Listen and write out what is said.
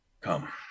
Come